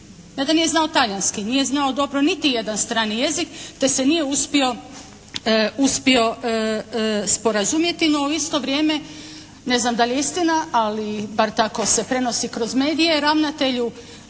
Ne da nije znao talijanski, nije znao dobro niti jedan strani jezik te se nije uspio sporazumjeti, no u isto vrijeme, ne znam da li je istina, ali bar tako se prenosi kroz medije ravnatelju